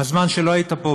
בזמן שלא היית פה,